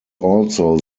also